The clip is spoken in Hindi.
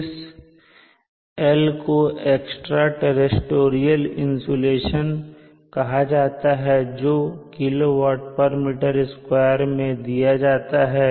इस L को एक्स्ट्रा टेरेस्टेरियल इंसुलेशन कहा जाता है जो kWm2 मैं दिया जाता है